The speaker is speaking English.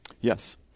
yes